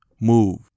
move